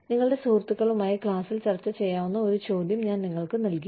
നിങ്ങളുടെ സുഹൃത്തുക്കളുമായി ക്ലാസിൽ ചർച്ച ചെയ്യാവുന്ന ഒരു ചോദ്യം ഞാൻ നിങ്ങൾക്ക് നൽകി